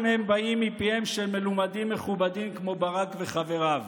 הם באים מפיהם של מלומדים מכובדים כמו ברק וחבריו.